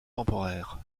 temporaires